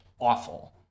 awful